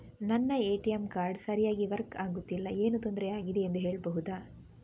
ನನ್ನ ATM card ಸರಿಯಾಗಿ work ಆಗುತ್ತಿಲ್ಲ, ಏನು ತೊಂದ್ರೆ ಆಗಿದೆಯೆಂದು ಹೇಳ್ಬಹುದಾ?